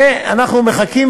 אנחנו מחכים,